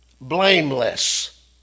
Blameless